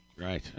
Right